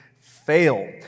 fail